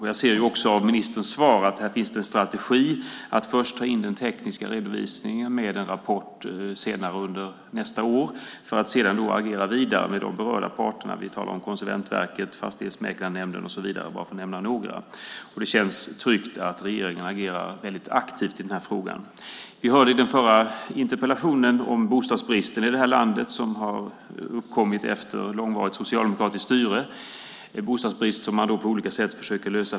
Jag ser av ministerns svar att här finns en strategi, nämligen att först ta in den tekniska redovisningen med en rapport senare under nästa år för att sedan agera vidare med de berörda parterna - vi talar om Konsumentverket, Fastighetsmäklarnämnden och så vidare, bara för att nämna några. Det känns tryggt att regeringen agerar väldigt aktivt i den här frågan. Vi hörde i den förra interpellationsdebatten om bostadsbristen i landet som har uppkommit efter långvarigt socialdemokratiskt styre, en bostadsbrist som regeringen på olika sätt försöker lösa.